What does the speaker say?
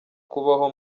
kubaho